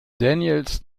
daniels